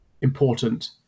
important